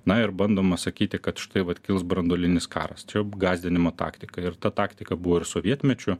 na ir bandoma sakyti kad štai vat kils branduolinis karas čia gąsdinimo taktika ir ta taktika buvo ir sovietmečiu